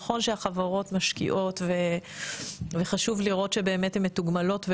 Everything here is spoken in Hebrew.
זה נכון שהחברות משקיעות וחשוב לראות שבאמת הן מתוגמלות,